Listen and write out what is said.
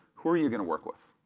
who are you going to work with?